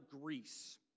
Greece